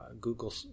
Google